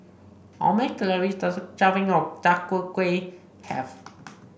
how many calories does a serving of char tow kwui have